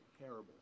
terrible